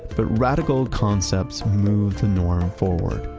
but radical concepts move the norm forward.